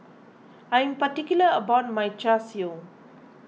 I am particular about my Char Siu